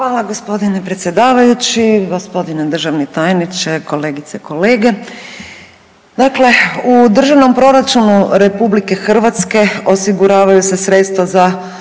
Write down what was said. Hvala gospodine predsjedavajući. Gospodine državni tajniče, kolegice i kolege. Dakle, u Državnom proračunu Republike Hrvatske osiguravaju se sredstva za